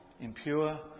impure